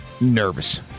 nervous